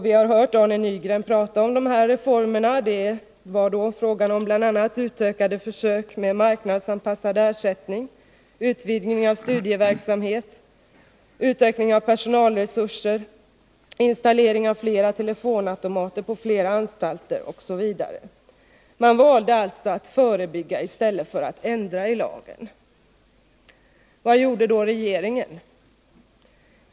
Vi har hört Arne Nygren tala om dessa reformer — det var då fråga om bl.a. utökade försök med marknadsanpassad ersättning, utvidgning av studieverksamheten, utveckling av personalresurser, installering av flera telefonautomater på flera anstalter, m.m. Man har alltså valt att förebygga i stället för att ändra i lagen. Vad gjorde då regeringen?